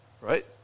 Right